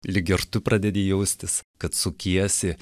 lyg ir tu pradedi jaustis kad sukiesi